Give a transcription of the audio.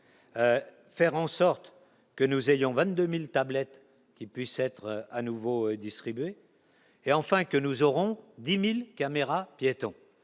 faire en sorte que nous ayons Vannes 2000 tablettes qui puisse être à nouveau distribué. Et enfin que nous aurons 10000 caméras piétons